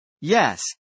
Yes